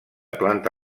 planta